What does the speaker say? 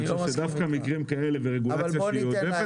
אני חושב שדווקא מקרים כאלה ורגולציה שהיא עודפת